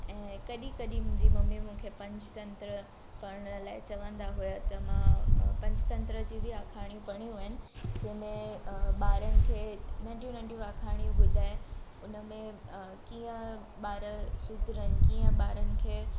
ऐं कॾहिं कॾहिं मुंहिंजी ममी मूंखे पंचतंत्र पढ़ण लाइ चवंदा हुआ त मां पंचतंत्र जी बि अखाणियूं पढ़ियूं आहिनि जंहिंमें ॿारनि खे नंढियूं नंढियूं अखाणियूं ॿुधाए उन में कीअं ॿार सुधरनि कीअं ॿारनि खे